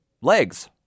legs